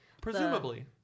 presumably